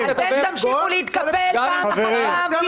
אתם תמשיכו להתקפל פעם אחר פעם --- חברים,